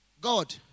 God